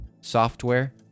software